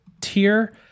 tier